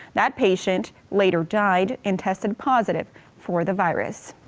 that patient later died. and tested positive for the virus.